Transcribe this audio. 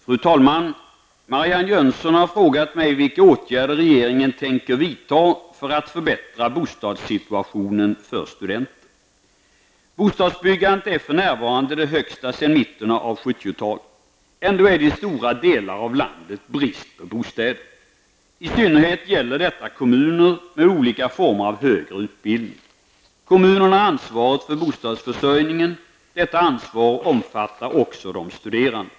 Fru talman! Marianne Jönsson har frågat mig vilka åtgärder regeringen tänker vidta för att förbättra bostadssituationen för studenter. Bostadsbyggandet är för närvarande det högsta sedan mitten av 70-talet. Ändå är det i stora delar av landet brist på bostäder. I synnerhet gäller detta kommuner med olika former av högre utbildning. Kommunerna har ansvaret för bostadsförsörjningen. Detta ansvar omfattar också de studerande.